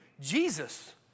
Jesus